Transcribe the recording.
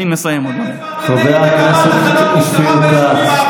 אז למה הצבעתם נגד הקמת תחנות משטרה ביישובים הערביים?